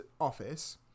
office